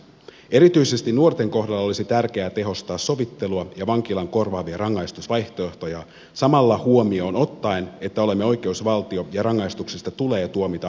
erityisesti nuorten kohdalla olisi tärkeää tehostaa sovittelua ja vankilan korvaavia rangaistusvaihtoehtoja samalla huomioon ottaen että olemme oikeusvaltio ja rangaistuksista tulee tuomita asianmukaisesti